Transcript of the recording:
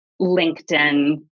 LinkedIn